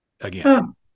again